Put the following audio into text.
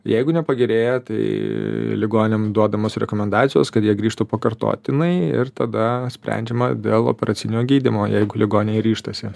jeigu nepagerėja tai ligoniam duodamos rekomendacijos kad jie grįžtų pakartotinai ir tada sprendžiama dėl operacinio gydymo jeigu ligoniai ryžtasi